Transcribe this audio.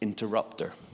interrupter